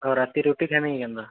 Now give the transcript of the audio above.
ଆଉ ରାତି ରୁଟି ଖାଇମି କି କେନ୍ତା